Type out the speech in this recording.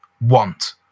want